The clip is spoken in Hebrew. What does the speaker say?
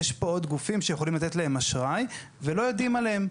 יש פה עוד גופים שיכולים לתת להם אשראי ולא יודעים עליהם.